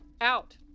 Out